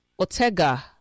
Otega